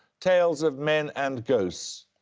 tales of men and ghosts?